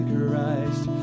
Christ